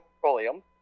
petroleum